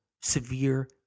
severe